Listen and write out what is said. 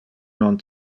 non